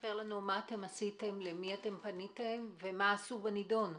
ספר לנו למי פניתם, ומה עשו בנידון.